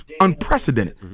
unprecedented